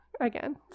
again